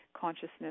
consciousness